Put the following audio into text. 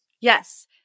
Yes